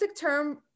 term